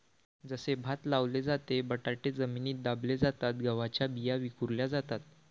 जसे भात लावले जाते, बटाटे जमिनीत दाबले जातात, गव्हाच्या बिया विखुरल्या जातात